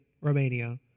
Romania